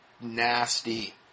nasty